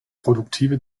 produktive